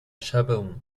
شبمون